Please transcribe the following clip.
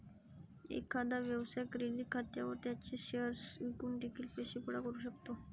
एखादा व्यवसाय क्रेडिट खात्यावर त्याचे शेअर्स विकून देखील पैसे गोळा करू शकतो